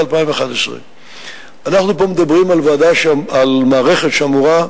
2011. אנחנו פה מדברים על מערכת שאמורה,